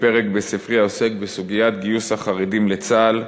לפרק בספרי העוסק בסוגיית גיוס החרדים לצה"ל,